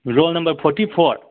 roll number forty for